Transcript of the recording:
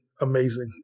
amazing